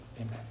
amen